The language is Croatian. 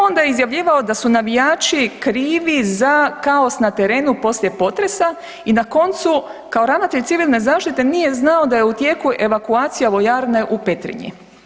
Onda je izjavljivao da su navijači krivi za kaos na terenu poslije potresa i na koncu kao ravnatelj Civilne zaštite nije znao da je u tijeku evakuacija vojarne u Petrinji.